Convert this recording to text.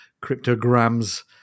cryptograms